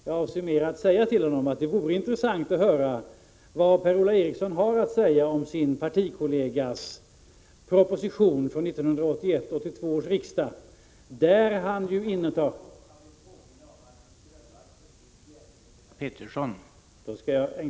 Jag avser mer att säga till honom att det vore intressant att höra vad Per-Ola Eriksson har att anföra om sin partikollegas proposition från 1981/82 års riksdag.